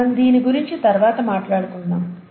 మనం దీని గురించి తర్వాత మాట్లాడుకుందాం